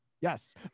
Yes